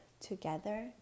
together